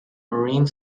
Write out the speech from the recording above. marine